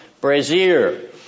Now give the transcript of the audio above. brazier